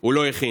הוא לא הכין.